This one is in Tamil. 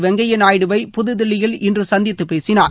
வெங்கய்யா நாயுடுவை புதுதில்லியில் இன்று சந்தித்து பேசினார்